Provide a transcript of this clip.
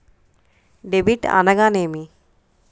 Debit అనగానేమి?